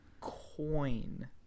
Coin